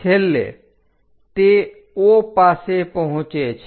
છેલ્લે તે O પાસે પહોંચે છે